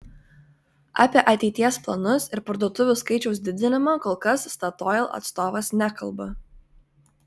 apie ateities planus ir parduotuvių skaičiaus didinimą kol kas statoil atstovas nekalba